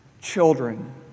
children